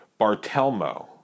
Bartelmo